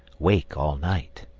wake all night.